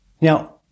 Now